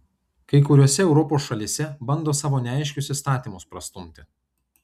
kai kuriose europos šalyse bando savo neaiškius įstatymus prastumti